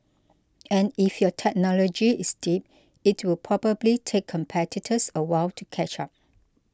and if your technology is deep it will probably take competitors a while to catch up